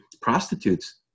prostitutes